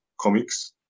comics